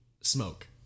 smoke